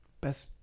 best